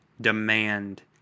demand